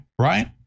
Right